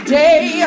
day